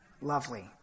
lovely